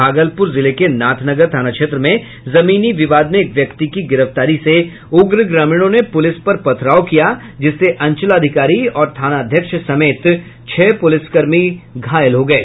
भागलपुर जिले के नाथनगर थाना क्षेत्र में जमीनी विवाद में एक व्यक्ति की गिरफ्तारी से उग्र ग्रामीणों ने पुलिस पर पथराव किया जिससे अंचलाधिकारी और थानाध्यक्ष समेत छह पुलिसकर्मी घायल हो गये